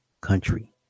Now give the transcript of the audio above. country